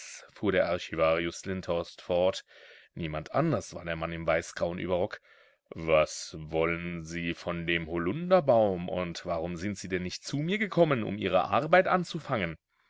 fuhr der archivarius lindhorst fort niemand anders war der mann im weißgrauen überrock was wollen sie von dem holunderbaum und warum sind sie denn nicht zu mir gekommen um ihre arbeit anzufangen